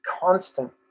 constant